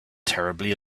terribly